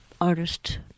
artist